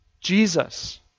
Jesus